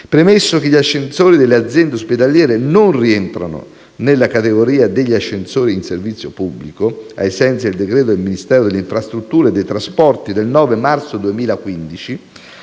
Premesso che gli ascensori delle aziende ospedaliere non rientrano nella categoria degli «ascensori in servizio pubblico» ai sensi del decreto del Ministero delle infrastrutture e dei trasporti del 9 marzo 2015,